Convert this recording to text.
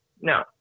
No